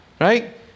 Right